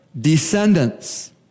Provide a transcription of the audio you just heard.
descendants